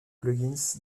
plugins